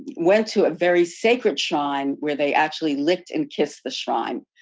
went to a very sacred shine where they actually licked and kissed the shrine.